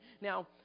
Now